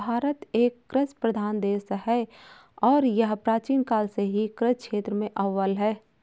भारत एक कृषि प्रधान देश है और यह प्राचीन काल से ही कृषि क्षेत्र में अव्वल है